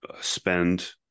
spend